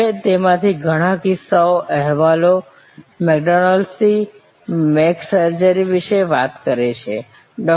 હવે તેમાંથી ઘણા કિસ્સાઓ અહેવાલો મેકડોનાલ્ડ્સથી મેક સર્જરી વિશે વાત કરે છે ડૉ